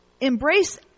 embrace